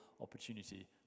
opportunity